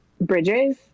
bridges